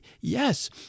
yes